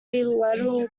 lateral